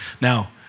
Now